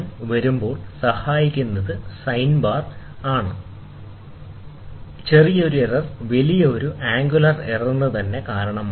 സ്ഥാനങ്ങൾ പരിഹരിക്കുന്നതിന് സഹായിക്കുന്നത് ശ്രമകരമാണ് ചെറിയ എറർ ഒരു വലിയ ആംഗുലാർ എറർ കാരണമാകും